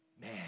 man